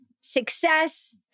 success